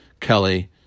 Kelly